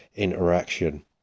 interaction